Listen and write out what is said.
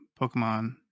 Pokemon